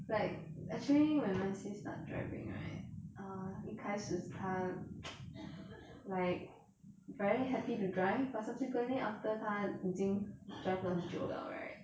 like actually when my sis start driving right err 一开始她 like very happy to drive but subsequently after 她已经 drive 很久了 right